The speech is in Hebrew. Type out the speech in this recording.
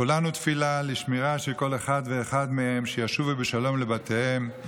כולנו תפילה לשמירה של כל אחד ואחד מהם שישובו בשלום לבתיהם.